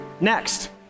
next